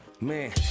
Man